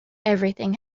everything